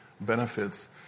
benefits